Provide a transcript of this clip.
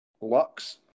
lux